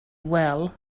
well